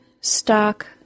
stock